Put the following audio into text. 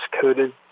coated